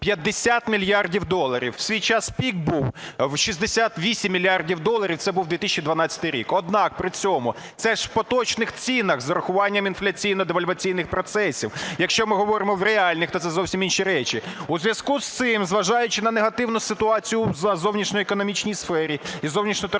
50 мільярдів доларів, в свій час пік був в 68 мільярдів доларів, це був 2012 рік. Однак, при цьому, це ж в поточних цінах, з урахуванням інфляційно-девальваційних процесів. А якщо ми говоримо реальних, то це зовсім інші речі. У зв'язку з цим, зважаючи на негативну ситуацію в зовнішньоекономічній сфері і зовнішньоторговельній,